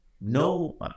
No